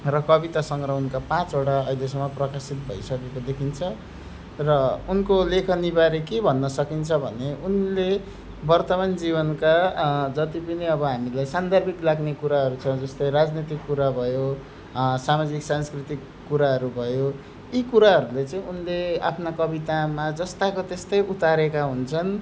र कविता सङ्ग्रह उनका पाँचवटा अहिलेसम्म प्रकाशित भइसकेको देखिन्छ र उनको लेखनी बारे के भन्न सकिन्छ भने उनले वर्तमान जीवनका जति पनि अब हामीलाई सान्दर्भिक लाग्ने कुराहरू छ जस्तै राजनैतिक कुरा भयो सामाजिक सांस्कृतिक कुराहरू भयो यी कुराहरूले चाहिँ उनले आफ्ना कवितामा जस्ताको त्यस्तै उतारेका हुन्छन्